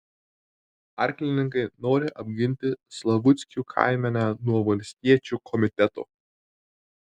arklininkai nori apginti slavuckių kaimenę nuo valstiečių komiteto